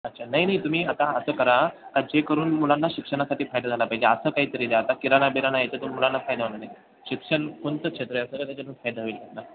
अच्छा नाही नाही तुम्ही आता असं करा का जे करून मुलांना शिक्षणासाठी फायदा झाला पाहिजे असं काहीतरी द्या आता किराणा बिराणा याचं तर मुलांना फायदा होणार नाही शिक्षण कोणतं क्षेत्र आहे असं की त्याच्यातून फायदा होईल ना